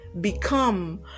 become